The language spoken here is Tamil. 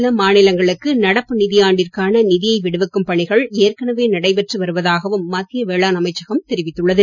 சில மாநிலங்களுக்கு நடப்பு நிதியாண்டிற்கான நிதியை விடுவிக்கும் பணிகள் ஏற்கனவே நடைபெற்று வருவதாகவும் மத்திய வேளாண் அமைச்சகம் தெரிவித்துள்ளது